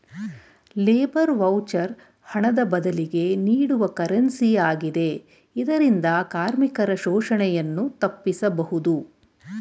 labour voucher ಹಣದ ಬದಲಿಗೆ ನೀಡುವ ಕರೆನ್ಸಿ ಆಗಿದೆ ಇದರಿಂದ ಕಾರ್ಮಿಕರ ಶೋಷಣೆಯನ್ನು ತಪ್ಪಿಸಬಹುದು